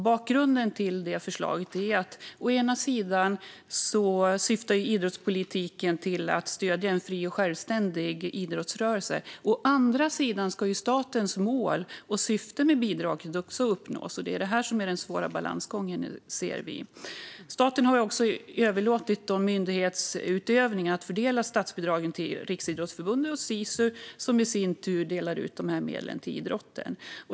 Bakgrunden till vårt förslag är att å ena sidan syftar idrottspolitiken till att stödja en fri och självständig idrottsrörelse, å andra sidan ska statens mål och syfte med bidraget också uppnås. Vi ser detta som en svår balansgång. Staten har överlåtit myndighetsutövningen att fördela statsbidraget till Riksidrottsförbundet och Sisu som i sin tur delar ut dessa medel till idrotten.